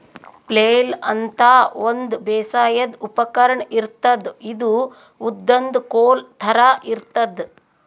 flail ಅಂತಾ ಒಂದ್ ಬೇಸಾಯದ್ ಉಪಕರ್ಣ್ ಇರ್ತದ್ ಇದು ಉದ್ದನ್ದ್ ಕೋಲ್ ಥರಾ ಇರ್ತದ್